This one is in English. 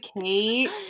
Kate